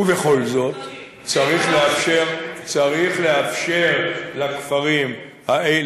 ובכל זאת צריך לאפשר לכפרים האלה,